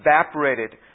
evaporated